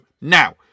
now